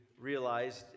realized